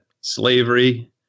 slavery